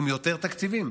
עם יותר תקציבים.